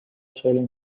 suelen